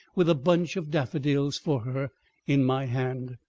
with a bunch of daffodils for her in my hand.